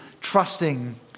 trusting